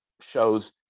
shows